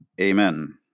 Amen